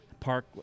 Park